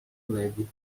leve